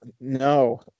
no